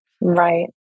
Right